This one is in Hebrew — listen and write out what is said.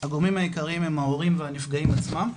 הגורמים העיקריים הם ההורים והנפגעים עצמם.